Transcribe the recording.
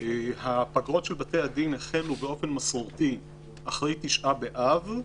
הפגרות של בתי הדין החלו באופן מסורתי אחרי תשעה באב,